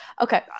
Okay